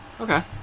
Okay